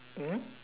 mmhmm